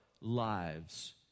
lives